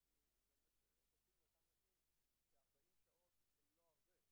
בסעיף קטן (ג) אנחנו מדגישים שזה יהיה החל מהיום הראשון,